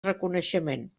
reconeixement